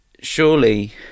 surely